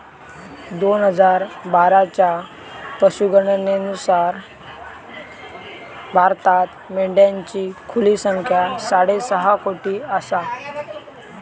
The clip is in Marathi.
दोन हजार बाराच्या पशुगणनेनुसार भारतात मेंढ्यांची खुली संख्या साडेसहा कोटी आसा